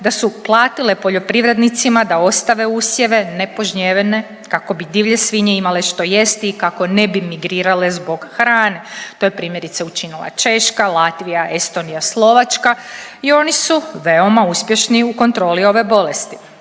da su platile poljoprivrednicima da ostave usjeve nepožnjevene kako bi divlje svinje imale što jesti i kako ne bi migrirale zbog hrane. To je primjerice učinila Češka, Latvija, Estonija, Slovačka i oni su veoma uspješni u kontroli ove bolesti.